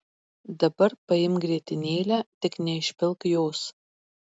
dabar paimk grietinėlę tik neišpilk jos